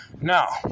Now